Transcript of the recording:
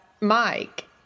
Mike